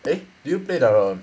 eh did you play the